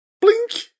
blink